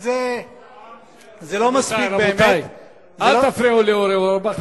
זה ישראבלוף, אל תפריעו לאורי אורבך.